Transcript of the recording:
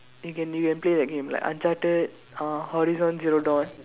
you can you can play that game like uncharted uh horizon zero dawn